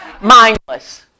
mindless